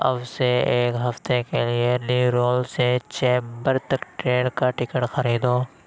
اب سے ایک ہفتے کے لیے نیرول سے چیمبر تک ٹرین کا ٹکٹ خریدو